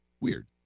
Weird